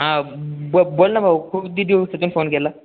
हां ब बोल ना भाऊ खूप दि दिवसातून फोन केला